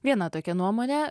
viena tokia nuomonė